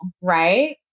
right